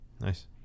Nice